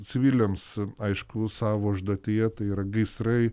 civiliams aišku savo užduotyje tai yra gaisrai